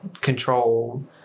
control